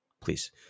please